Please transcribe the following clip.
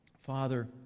Father